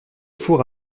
four